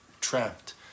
trapped